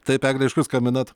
taip egle iš kur skambinat